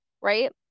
right